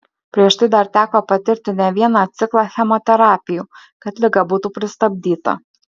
prieš tai dar teko patirti ne vieną ciklą chemoterapijų kad liga būtų pristabdyta